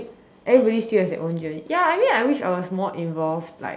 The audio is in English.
everybody still have their own journey ya I mean I wish I was more involved like